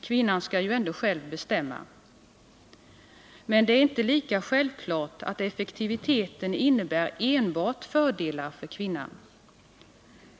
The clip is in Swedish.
Kvinnan skall ju ändå själv bestämma. Men det är inte lika självklart att effektiviteten innebär enbart fördelar för kvinnan.